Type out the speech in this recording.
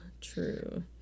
true